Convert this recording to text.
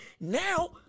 now